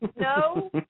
no